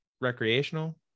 recreational